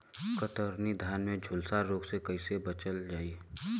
कतरनी धान में झुलसा रोग से कइसे बचल जाई?